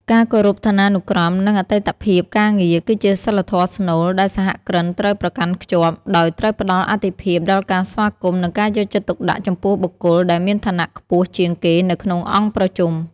ការគោរពឋានានុក្រម និងអតីតភាពការងារ គឺជាសីលធម៌ស្នូលដែលសហគ្រិនត្រូវប្រកាន់ខ្ជាប់ ដោយត្រូវផ្តល់អាទិភាពដល់ការស្វាគមន៍ និងការយកចិត្តទុកដាក់ចំពោះបុគ្គលដែលមានឋានៈខ្ពស់ជាងគេនៅក្នុងអង្គប្រជុំ។